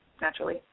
naturally